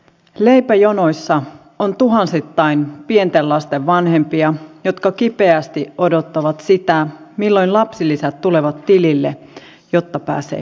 leipäjonoissa on tuhansittain pienten lasten vanhempia jotka kipeästi odottavat sitä milloin lapsilisät tulevat tilille jotta pääsee kauppaan